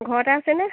ঘৰতে আছেনে